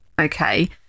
Okay